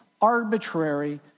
arbitrary